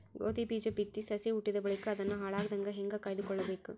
ಗೋಧಿ ಬೀಜ ಬಿತ್ತಿ ಸಸಿ ಹುಟ್ಟಿದ ಬಳಿಕ ಅದನ್ನು ಹಾಳಾಗದಂಗ ಹೇಂಗ ಕಾಯ್ದುಕೊಳಬೇಕು?